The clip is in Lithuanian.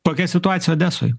kokia situacija odesoj